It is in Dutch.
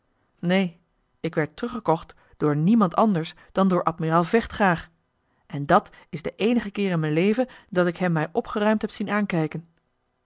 neen ik werd teruggekocht door niemand anders dan door admiraal vechtgraag en dat is den eenigen keer in m'n leven dat ik hem mij opgeruimd heb zien aankijken